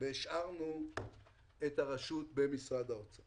והשארנו את הרשות במשרד האוצר